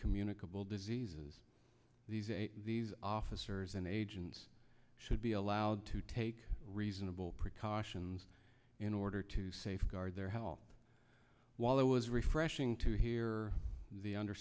communicable diseases these officers and agents should be allowed to take reasonable precautions in order to safeguard their howl while there was refreshing to hear the under